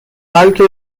بلکه